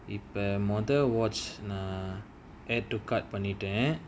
இப்ப மொத:ippa motha watch err add to cart பண்ணிட:pannita